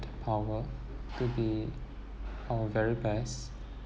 power to be our very best